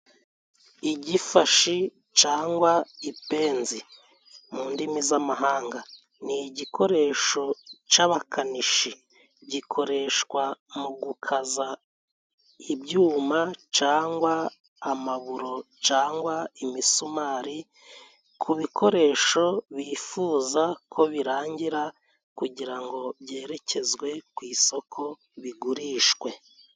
Igifashi cangwa ipenzi mu ndimi z'amahanga, ni igikoresho c'abakanishi gikoreshwa mu gukaza ibyuma cangwa amaburo, cangwa imisumari, ku bikoresho bifuza ko birangira kugira ngo byerekezwe ku isoko bigurishwe.